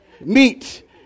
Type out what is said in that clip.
Meat